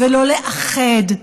ולא לאחד,